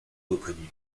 reconnue